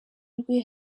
rwe